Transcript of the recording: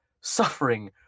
suffering